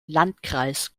landkreis